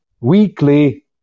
weekly